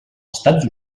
estats